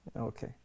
Okay